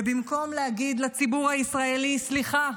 ובמקום להגיד לציבור הישראלי: סליחה,